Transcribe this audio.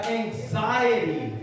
anxiety